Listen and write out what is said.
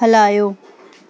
हलायो